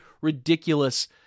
ridiculous